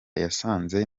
yasanze